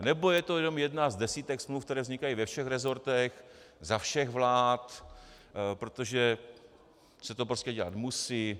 Nebo je to jenom jedna z desítek smluv, které vznikají ve všech resortech za všech vlád, protože se to prostě dělat musí?